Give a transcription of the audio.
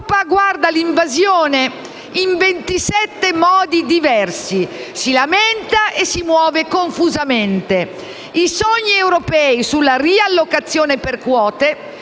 L'Europa guarda l'invasione in 27 modi diversi, si lamenta e si muove confusamente. I sogni europei sulla riallocazione per quote,